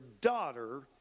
daughter